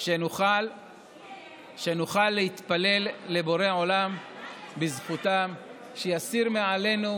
שנוכל להתפלל לבורא עולם בזכותם שיסיר מעלינו